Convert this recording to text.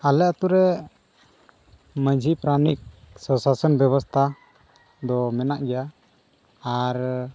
ᱟᱞᱮ ᱟᱹᱛᱩ ᱨᱮ ᱢᱟᱹᱡᱷᱤ ᱯᱟᱨᱟᱱᱤᱠ ᱥᱚᱼᱥᱟᱥᱚᱱ ᱵᱮᱵᱚᱥᱛᱷᱟ ᱫᱚ ᱢᱮᱱᱟᱜ ᱜᱮᱭᱟ ᱟᱨ